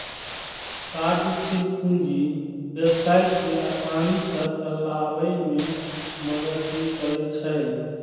कार्यशील पूंजी व्यवसाय कें आसानी सं चलाबै मे मदति करै छै